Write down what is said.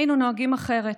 היינו נוהגים אחרת.